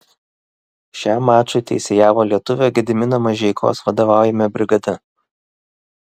šiam mačui teisėjavo lietuvio gedimino mažeikos vadovaujama brigada